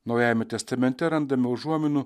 naujajame testamente randame užuominų